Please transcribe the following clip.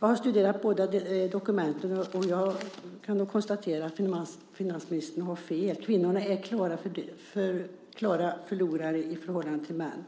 Jag har studerat båda dokumenten, och jag kan då konstatera att finansministern har fel. Kvinnorna är klara förlorare i förhållande till männen